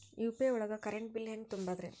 UPI ಒಳಗ current bill ಹೆಂಗ್ ತುಂಬದ್ರಿ?